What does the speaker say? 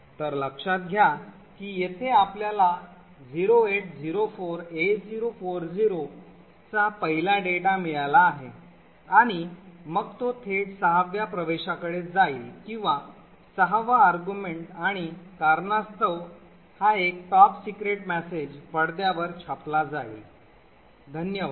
तर लक्षात घ्या की येथे आपल्याला 0804a040 चा पहिला डेटा मिळाला आहे आणि मग तो थेट सहाव्या प्रवेशाकडे जाईल किंवा सहावा argument आणि कारणास्तव हा एक top secret message पडद्यावर छापला जाईल धन्यवाद